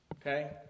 okay